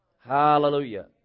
Hallelujah